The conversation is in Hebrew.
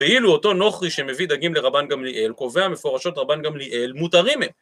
כאילו אותו נוכרי שמביא דגים לרבן גמליאל, קובע מפורשות רבן גמליאל, מותרים הם.